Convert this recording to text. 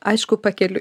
aišku pakeliui